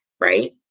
right